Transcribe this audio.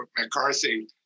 McCarthy